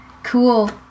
Cool